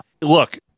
Look